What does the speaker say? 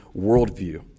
worldview